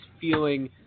feeling